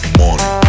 money